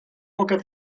boca